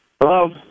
Hello